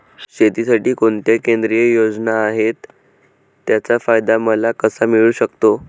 शेतीसाठी कोणत्या केंद्रिय योजना आहेत, त्याचा फायदा मला कसा मिळू शकतो?